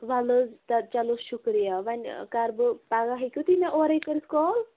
وَلہٕ حظ تہٕ چلو شُکریہِ وۅنۍ کَرٕ بہٕ پگاہ ہٮ۪کِو تُہۍ مےٚ اورٕے کٔرِتھ کال